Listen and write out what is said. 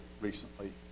recently